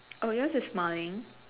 oh yours is smiling